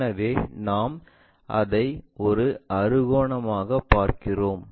எனவே நாம் அதை ஒரு அறுகோணமாக பார்க்கிறோம்